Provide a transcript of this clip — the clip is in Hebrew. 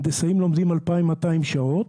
הנדסאים לומדים 2,200 שעות,